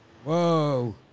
Whoa